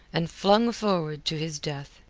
and flung forward to his death.